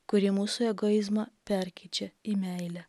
kuri mūsų egoizmą perkeičia į meilę